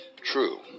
true